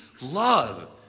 love